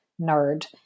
nerd